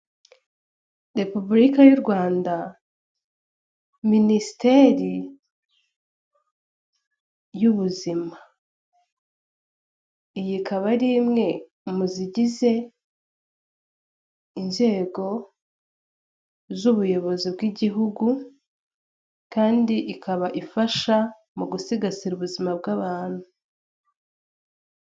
Repubulika y'u Rwanda minisiteri y'ubuzima iyi ikaba ari imwe mu zigize inzego z'ubuyobozi bw'igihugu, kandi ikaba ifasha mu gusigasira ubuzima bw'abantu.